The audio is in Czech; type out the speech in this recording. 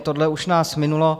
Tohle už nás minulo.